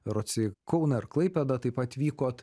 berods į kauną ir klaipėdą taip pat vykot